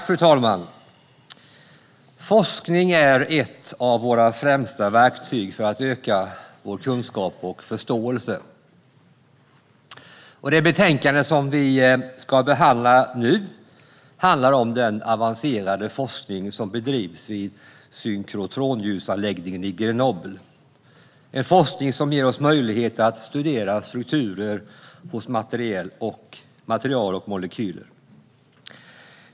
Fru talman! Forskning är ett av våra främsta verktyg för att öka vår kunskap och förståelse. Det betänkande som vi ska behandla nu handlar om den avancerade forskning som bedrivs vid synkrotronljusanläggningen i Grenoble. Det är forskning som ger oss möjlighet att studera strukturer hos material och molekyler.